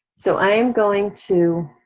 so i am going to,